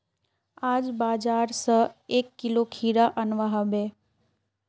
आज बाजार स एक किलो खीरा अनवा हबे